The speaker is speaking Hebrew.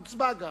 גם תוצבע.